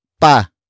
pa